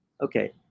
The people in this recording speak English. okay